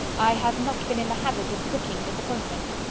i have not been in the habit of brooking disappointment.